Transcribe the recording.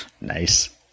Nice